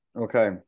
Okay